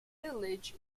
village